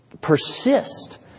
persist